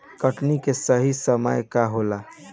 कटनी के सही समय का होला?